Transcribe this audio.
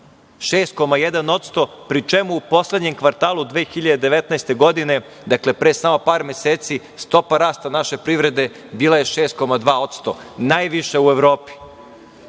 6,1% pri čemu u poslednjem kvartalu 2019. godine, dakle pre samo par meseci stopa rasta naše privrede bila je 6,2% najviša u Evropi. Dakle,